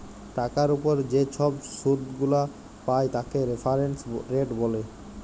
টাকার উপর যে ছব শুধ গুলা পায় তাকে রেফারেন্স রেট ব্যলে